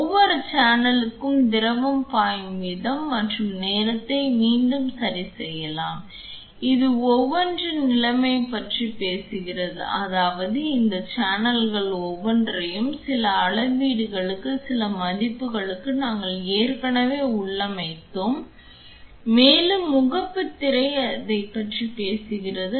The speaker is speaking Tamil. ஒவ்வொரு சேனலுக்கும் திரவம் பாயும் வீதம் மற்றும் நேரத்தை மீண்டும் சரிசெய்யலாம் இது ஒவ்வொன்றின் நிலையைப் பற்றி பேசுகிறது அதாவது இந்த சேனல்கள் ஒவ்வொன்றையும் சில அளவீடுகளுக்கு சில மதிப்புகளுக்கு நாங்கள் ஏற்கனவே உள்ளமைத்துள்ளோம் மேலும் முகப்புத் திரை அதைப் பற்றி பேசுகிறது